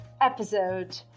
episode